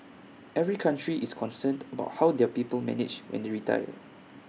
every country is concerned about how their people manage when they retire